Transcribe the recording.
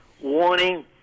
warning